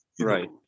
Right